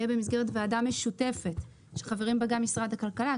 במסגרת ועדה משותפת שחברים בה משרד הכלכלה,